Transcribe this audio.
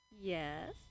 Yes